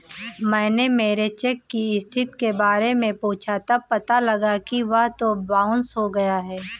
मैंने मेरे चेक की स्थिति के बारे में पूछा तब पता लगा कि वह तो बाउंस हो गया है